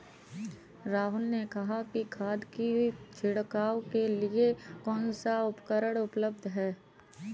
राहुल ने कहा कि खाद की छिड़काव के लिए कौन सा उपकरण उपलब्ध है?